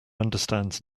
understands